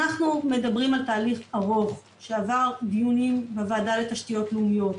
אנחנו מדברים על תהליך ארוך שעבר דיונים בוועדה לתשתיות לאומיות,